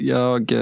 jag